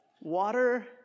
water